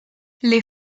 les